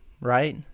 right